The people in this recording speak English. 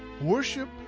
Worship